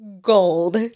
gold